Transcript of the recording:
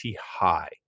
high